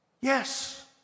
Yes